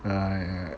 like